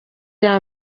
iya